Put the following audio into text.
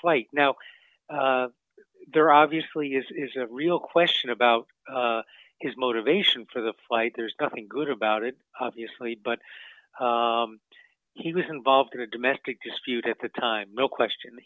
flight now there obviously is a real question about his motivation for the flight there's nothing good about it obviously but he was involved in a domestic dispute at the time no question